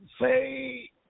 say